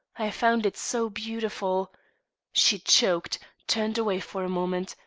i found it so beautiful she choked, turned away for a moment,